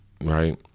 Right